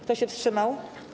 Kto się wstrzymał?